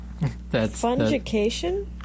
Fungication